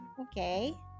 Okay